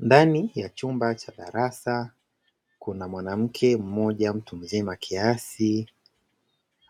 Ndani ya chumba cha darasa, kuna mwanamke mmoja mtu mzima kiasi,